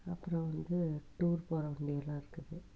அப்பறம் வந்து டூர் போகிற வண்டியெல்லாம் இருக்குது